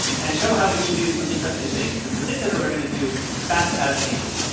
and show how we can do some interesting things. in particular, we're going to do fast adaptation,